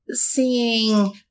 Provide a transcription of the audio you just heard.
seeing